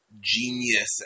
genius